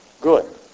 good